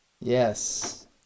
yes